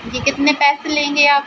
जी कितने पैसे लेंगे आप